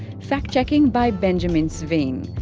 fact checking by benjamin sveen.